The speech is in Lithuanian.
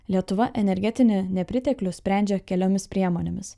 lietuva energetinį nepriteklių sprendžia keliomis priemonėmis